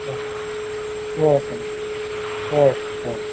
okay అమ్మ okay okay